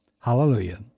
Hallelujah